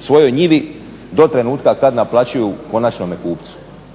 svojoj njivi do trenutka kad naplaćuju konačnome kupcu.